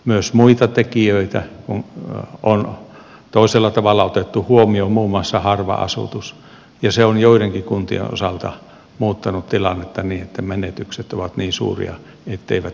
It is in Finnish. myös muita tekijöitä on toisella tavalla otettu huomioon muun muassa harva asutus ja se on joidenkin kuntien osalta muuttanut tilannetta niin että menetykset ovat niin suuria etteivät ne tule selviytymään